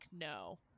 no